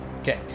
Okay